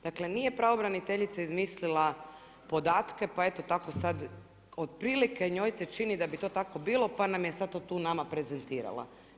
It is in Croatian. Dakle, nije pravobraniteljica izmislila podatke, pa eto, tako sada, otprilike njoj se čini da bi to tako bilo, pa nam je sad to tu nama prezentirala.